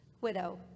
widow